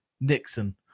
Nixon